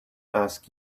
ask